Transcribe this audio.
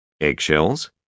eggshells